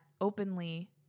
openly